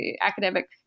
academic